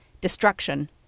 destruction